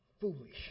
foolish